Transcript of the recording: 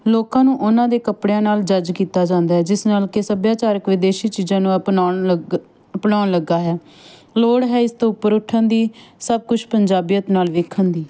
ਲੋਕਾਂ ਨੂੰ ਉਹਨਾਂ ਦੇ ਕੱਪੜਿਆਂ ਨਾਲ ਜੱਜ ਕੀਤਾ ਜਾਂਦਾ ਹੈ ਜਿਸ ਨਾਲ ਕਿ ਸੱਭਿਆਚਾਰਕ ਵਿਦੇਸ਼ੀ ਚੀਜ਼ਾਂ ਨੂੰ ਅਪਣਾਉਣ ਲੱਗ ਅਪਣਾਉਣ ਲੱਗਾ ਹੈ ਲੋੜ ਹੈ ਇਸ ਤੋਂ ਉੱਪਰ ਉੱਠਣ ਦੀ ਸਭ ਕੁਝ ਪੰਜਾਬੀਅਤ ਨਾਲ ਵੇਖਣ ਦੀ